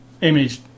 image